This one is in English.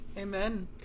Amen